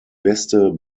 beste